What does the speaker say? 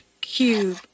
cube